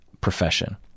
profession